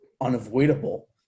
unavoidable